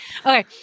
Okay